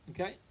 okay